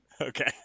Okay